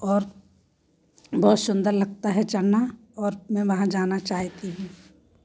और बहुत सुंदर लगता है चलना और मैं वहाँ जाना चाहती हूँ